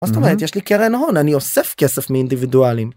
מה זאת אומרת, יש לי קרן הון, אני אוסף כסף מאינדיבידואלים.